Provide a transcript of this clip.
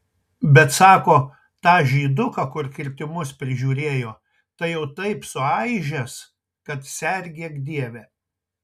bet sako tą žyduką kur kirtimus prižiūrėjo tai jau taip suaižęs kad sergėk dieve